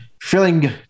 feeling